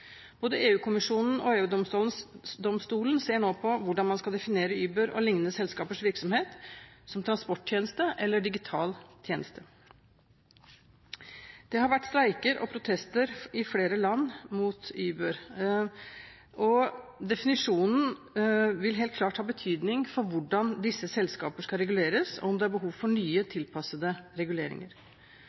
Både EU-kommisjonen og EU-domstolen ser nå på hvordan man skal definere Ubers og lignende selskapers virksomhet: som transporttjeneste eller som digital tjeneste. Det har vært streiker og protester i flere land mot Uber. Definisjonen vil helt klart ha betydning for hvordan disse selskapene skal reguleres, og om det er behov for nye tilpassede reguleringer.